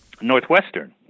Northwestern